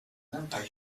اونقدر